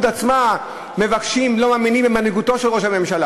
עצמו לא מאמינים במנהיגותו של ראש הממשלה